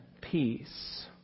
peace